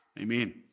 Amen